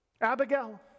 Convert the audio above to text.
Abigail